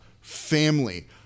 family